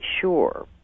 sure